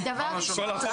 אותה שאלה, תני בבקשה לענות.